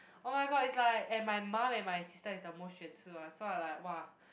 oh-my-god it's like and my mum my sister is the most 选吃 one so I like !wah!